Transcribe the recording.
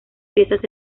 piezas